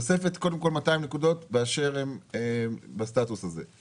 תוספת, קודם כל, 200 נקודות באשר הם בסטטוס הזה.